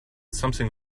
something